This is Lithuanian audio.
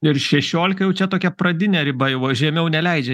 ir šešiolika jau čia tokia pradinė riba jau žemiau neleidžia